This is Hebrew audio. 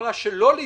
יכולה שלא להתכנס,